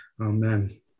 Amen